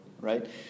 right